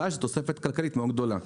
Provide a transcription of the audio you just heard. הבעיה היא שהתוספת הכלכלית גדולה.